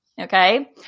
okay